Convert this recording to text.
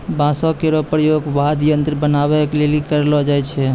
बांसो केरो प्रयोग वाद्य यंत्र बनाबए लेलि करलो जाय छै